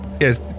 Yes